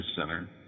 Center